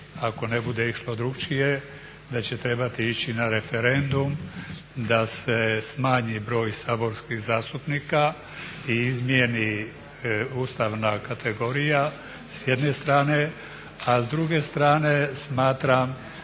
ako ne bude išlo drukčije da će trebati ići na referendum da se smanji broj saborskih zastupnika i izmijeni ustavna kategorija s jedne strane, a s druge strane smatram